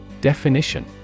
Definition